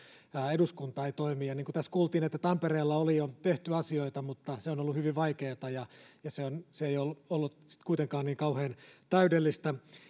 eduskunta ei toimi ja niin kuin tässä kuultiin tampereella oli jo tehty asioita mutta se on ollut hyvin vaikeata ja ja se ei ollut ollut sitten kuitenkaan niin kauhean täydellistä